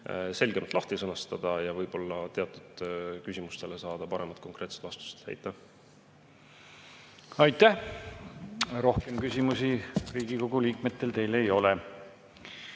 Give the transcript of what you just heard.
selgemalt sõnastada ja võib-olla teatud küsimustele saada paremad, konkreetsed vastused. Aitäh! Rohkem küsimusi Riigikogu liikmetel teile ei ole.